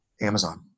Amazon